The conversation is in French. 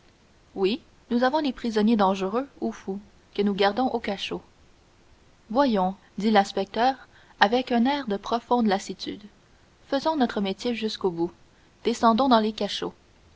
oui nous avons les prisonniers dangereux ou fous que nous gardons au cachot voyons dit l'inspecteur avec un air de profonde lassitude faisons notre métier jusqu'au bout descendons dans les cachots